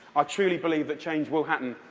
i truly believe that change will happen.